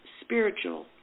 spiritual